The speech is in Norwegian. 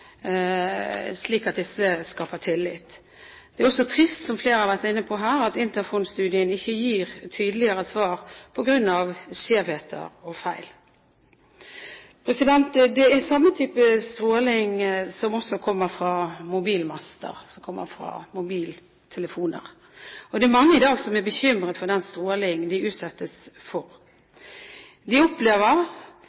slik at disse skaper tillit. Det er også trist, som flere har vært inne på, at Interphone-studien ikke gir tydeligere svar på grunn av skjevheter og feil. Det er samme type stråling som kommer fra mobilmaster som kommer fra mobiltelefoner. Det er mange i dag som er bekymret for den stråling de utsettes for.